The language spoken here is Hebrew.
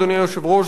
אדוני היושב-ראש,